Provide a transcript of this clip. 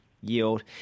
yield